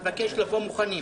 אני מבקש לבוא מוכנים.